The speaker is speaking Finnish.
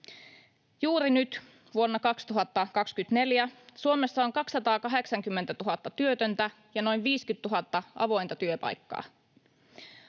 Juuri nyt vuonna 2024 Suomessa on 280 000 työtöntä ja noin 50 000 avointa työpaikkaa.